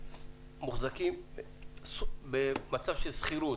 מוחזקים בשכירות.